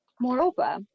Moreover